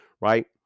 right